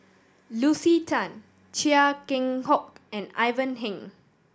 Lucy Tan Chia Keng Hock and Ivan Heng